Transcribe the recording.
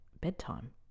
bedtime